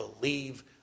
believe